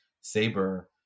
saber